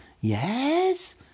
yes